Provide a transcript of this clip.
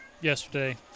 yesterday